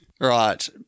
Right